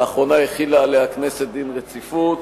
לאחרונה החילה עליה הכנסת דין רציפות,